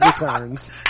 returns